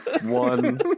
one